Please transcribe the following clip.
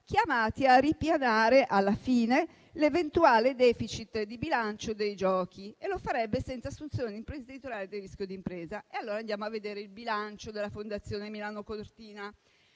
chiamati a ripianare alla fine l'eventuale *deficit* di bilancio dei giochi. E lo farebbe senza assunzione imprenditoriale del rischio d'impresa. Andiamo allora a vedere il bilancio della Fondazione Milano-Cortina: